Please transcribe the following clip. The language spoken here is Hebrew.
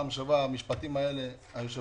המשפטים האלה היו פעם שעברה.